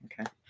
okay